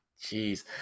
Jeez